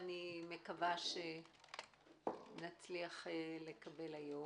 אני מקווה שנצליח לקבל היום.